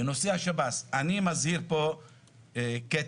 בנושא השב"ס אני מזהיר פה, קטי.